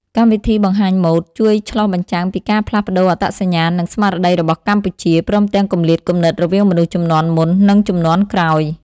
កម្មវិធីបង្ហាញម៉ូដ ជួយឆ្លុះបញ្ចាំងពីការផ្លាស់ប្ដូរអត្តសញ្ញាណ និងស្មារតីរបស់កម្ពុជា ព្រមទាំងគម្លាតគំនិតរវាងមនុស្សជំនាន់មុន និងជំនាន់ក្រោយ។